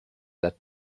that